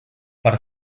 per